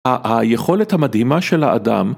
היכולת המדהימה של האדם